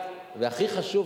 והכי חשוב,